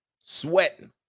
Sweating